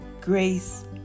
grace